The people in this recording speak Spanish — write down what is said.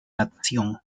natación